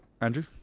Andrew